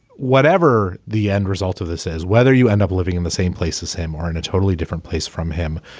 whatever the end result of this is whether you end up living in the same place as him or in a totally different place from him.